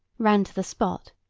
ran to the spot,